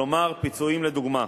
כלומר פיצויים לדוגמה.